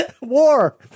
War